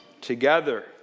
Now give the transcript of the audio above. Together